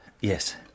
Yes